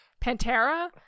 Pantera